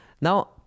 Now